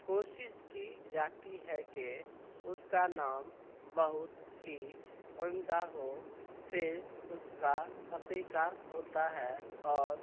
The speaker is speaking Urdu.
کوشس کی جاتی ہے کہ اس کا نام بہت ہی عمدہ ہو پھر اس کا عقیقہ ہوتا ہے اور